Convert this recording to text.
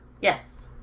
Yes